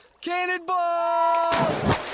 Cannonball